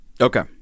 Okay